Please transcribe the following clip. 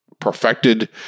perfected